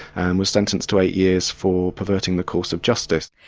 and was sentenced to eight years for perverting the course of justice.